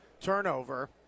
turnover